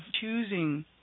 choosing